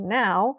now